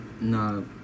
No